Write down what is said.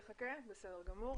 בסדר.